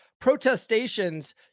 protestations